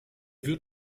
wird